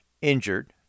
injured